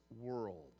world